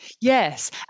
Yes